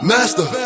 Master